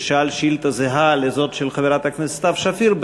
ששאל שאילתה זהה לזאת של חברת הכנסת סתיו שפיר,